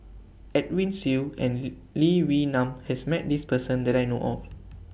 Edwin Siew and Lee Wee Nam has Met This Person that I know of